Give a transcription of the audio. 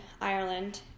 Ireland